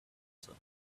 other